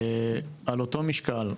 על אותו משקל,